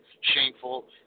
shameful